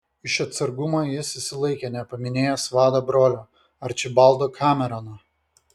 iš atsargumo jis susilaikė nepaminėjęs vado brolio arčibaldo kamerono